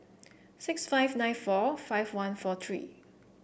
six five nine four five one four three